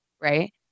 right